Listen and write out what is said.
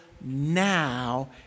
now